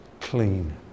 clean